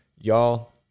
Y'all